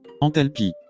Enthalpie